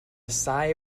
sigh